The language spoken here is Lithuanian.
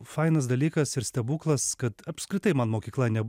fainas dalykas ir stebuklas kad apskritai man mokykla ne